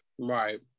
Right